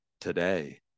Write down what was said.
today